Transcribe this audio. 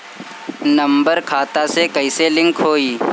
Number खाता से कईसे लिंक होई?